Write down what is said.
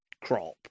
crop